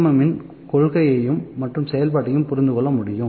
M இன் கொள்கையையும் மற்றும் செயல்பாட்டையும் புரிந்து கொள்ள முடியும்